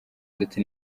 ndetse